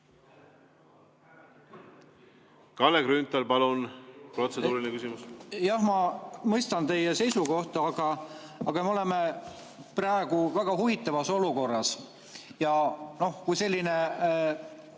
Kalle Grünthal, palun! Protseduuriline küsimus. Jah, ma mõistan teie seisukohta. Aga me oleme praegu väga huvitavas olukorras ja kui selline